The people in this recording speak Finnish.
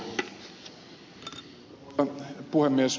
arvoisa puhemies